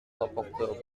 rapporteur